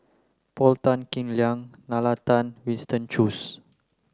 Paul Tan Kim Liang Nalla Tan Winston Choos